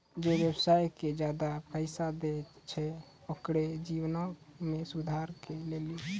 जे व्यवसाय के ज्यादा पैसा दै छै ओकरो जीवनो मे सुधारो के लेली